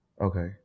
Okay